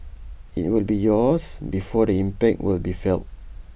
IT will be years before the impact will be felt